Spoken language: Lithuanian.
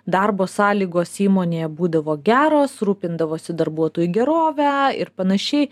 darbo sąlygos įmonėje būdavo geros rūpindavosi darbuotojų gerove ir panašiai